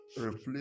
replace